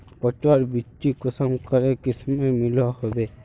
पटवार बिच्ची कुंसम करे किस्मेर मिलोहो होबे?